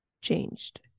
changed